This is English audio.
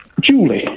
Julie